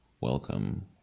welcome